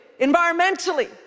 environmentally